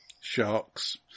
sharks